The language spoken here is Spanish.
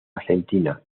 argentina